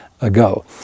ago